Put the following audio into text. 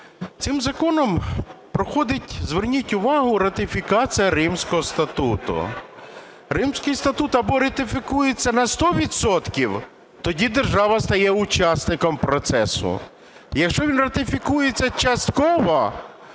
Цим законом проходить, завертіть увагу, ратифікація Римського статуту. Римський статут або ратифікується на сто відсотків, тоді держава стає учасником процесу, якщо він ратифікується частково,